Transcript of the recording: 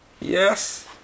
Yes